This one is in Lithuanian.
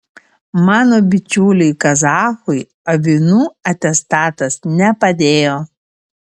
mano bičiuliui kazachui avinų atestatas nepadėjo